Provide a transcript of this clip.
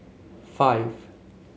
five